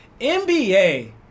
NBA